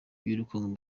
birukanwe